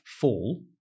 fall